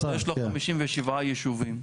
חמישים ושבעה ישובים.